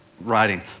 writing